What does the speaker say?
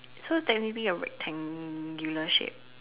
so technically a rectangle shape